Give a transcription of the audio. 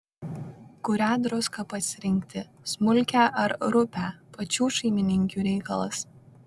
kurią druską pasirinkti smulkią ar rupią pačių šeimininkių reikalas